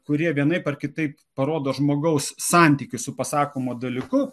kurie vienaip ar kitaip parodo žmogaus santykį su pasakomu dalyku